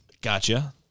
Gotcha